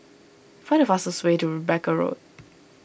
find the fastest way to Rebecca Road